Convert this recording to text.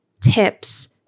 tips